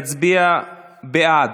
יצביע בעד.